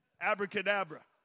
Abracadabra